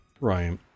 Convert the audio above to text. Right